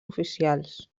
oficials